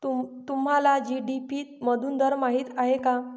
तुम्हाला जी.डी.पी मधून दर माहित आहे का?